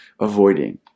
avoiding